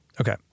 Okay